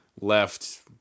left